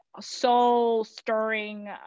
soul-stirring